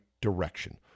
direction